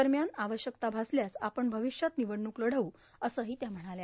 दरम्यान आवश्यकता भासल्यास आपण भविष्यात निवडणूक लढवू असंही त्यांनी सांगितलं